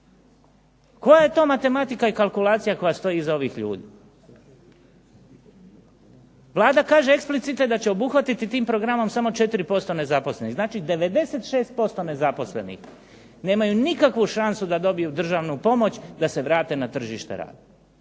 Koja je to matematika i kalkulacija koja stoji iza ovih ljudi. Vlada kaže eksplicite da će obuhvatiti tim programom samo 4% nezaposlenih, znači 96% nezaposlenih nemaju nikakvu šansu da dobiju državnu pomoć da se vrate na tržište rada.